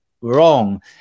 wrong